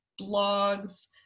blogs